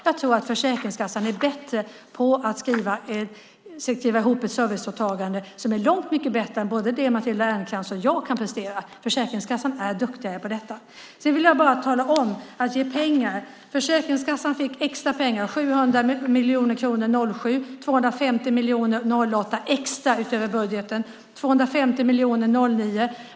Jag tror att Försäkringskassan kan skriva ihop ett serviceåtagande som är långt mycket bättre än både det Matilda Ernkrans och jag kan prestera. Försäkringskassan är duktigare på detta. Sedan vill jag bara tala om att Försäkringskassan fick extra pengar. Det var 700 miljoner kronor 2007 och 250 miljoner 2008 - extra utöver budgeten. Det var 250 miljoner 2009.